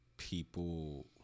People